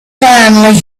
finally